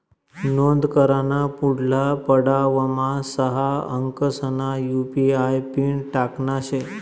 नोंद कराना पुढला पडावमा सहा अंकसना यु.पी.आय पिन टाकना शे